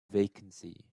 vacancy